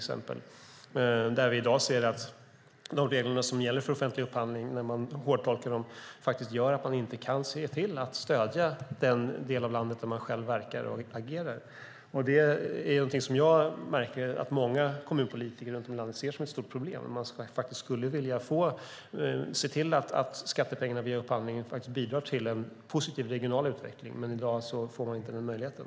Om man hårdtolkar reglerna för offentlig upphandling kan man faktiskt inte se till att stödja den del av landet där man själv verkar. Många kommunpolitiker ser det som ett stort problem. Man skulle vilja att skattepengarna vid upphandlingen bidrar till en positiv regional utveckling. I dag får man inte den möjligheten.